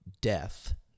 death